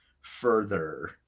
further